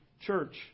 church